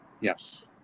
Yes